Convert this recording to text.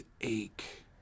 ache